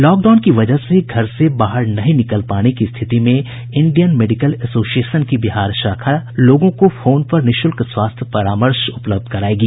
lockdown की वजह से घर से बाहर नहीं निकल पाने की स्थिति में इंडियन मेडिकल एसोसिएशन की बिहार शाखा ने लोगों को फोन पर निःशुल्क स्वाथ्य परामर्श उपलब्ध करायेगी